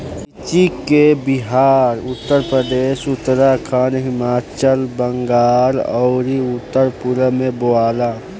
लीची के बिहार, उत्तरप्रदेश, उत्तराखंड, हिमाचल, बंगाल आउर उत्तर पूरब में बोआला